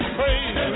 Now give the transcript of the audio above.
praise